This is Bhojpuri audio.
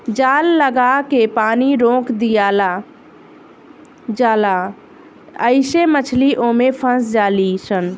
जाल लागा के पानी रोक दियाला जाला आइसे मछली ओमे फस जाली सन